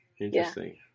Interesting